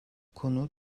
konu